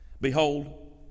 Behold